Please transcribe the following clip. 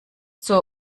zur